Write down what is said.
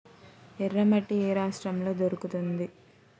ఎర్రమట్టి ఏ రాష్ట్రంలో దొరుకుతుంది?